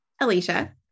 Alicia